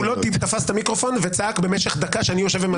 הוא לא תפס את המיקרופון וצעק במשך דקה כשאני יושב וממתין לו.